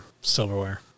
silverware